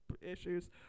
issues